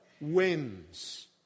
wins